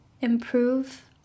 improve